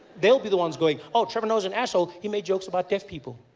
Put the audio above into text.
they will be the ones going, ah trevor noah is an asshole. he made jokes about deaf people.